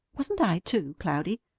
wasn't i, too, cloudy?